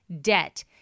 debt